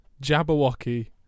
Jabberwocky